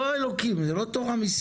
זה לא אלוקים, זה לא תורה מסיני.